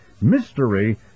Mystery